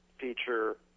feature